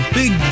big